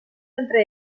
entre